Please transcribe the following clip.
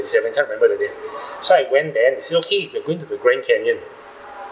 eighty-seven can't remember the date so I went there said okay we're going to the grand canyon